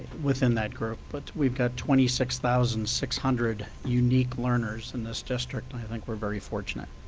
within that group, but we've got twenty six thousand six hundred unique learners in this district. i think we're very fortunate.